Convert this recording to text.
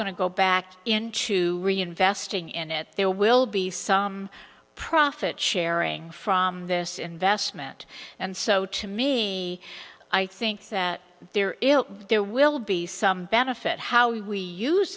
going to go back into reinvesting in it there will be some profit sharing from this investment and so to me i think that there is there will be some benefit how we use